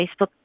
Facebook